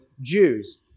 Jews